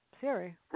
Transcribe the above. Siri